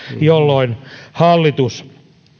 jolloin hallitus